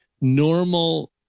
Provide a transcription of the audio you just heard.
normal